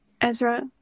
Ezra